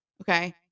okay